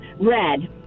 Red